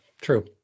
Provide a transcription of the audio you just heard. True